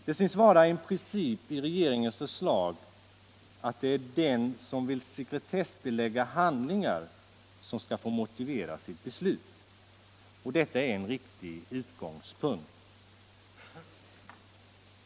Det tycks vara en princip i regeringens förslag att det är den som vill sekretessbelägga handlingar som skall få motivera sitt beslut. Detta är en riktig utgångspunkt.